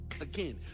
Again